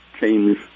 change